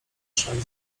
trzech